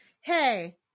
Hey